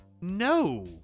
No